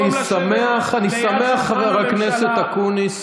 אני שמח, חבר הכנסת אקוניס,